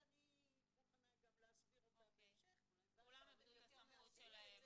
ואני מוכנה גם להסביר אותה בהמשך --- כולם איבדו את הסמכות שלהם,